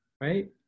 right